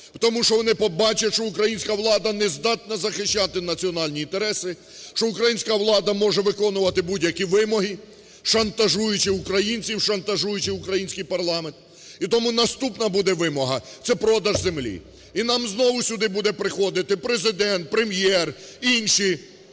Тому що вони побачать, що українська влада не здатна захищати національні інтереси, що українська влада може виконувати будь-які вимоги, шантажуючи українців, шантажуючи український парламент, і тому наступна буде вимога – це продаж землі. І нам знову сюди буде приходити Президент, Прем'єр, інші